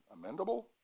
amendable